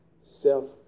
self